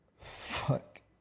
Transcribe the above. Fuck